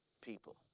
people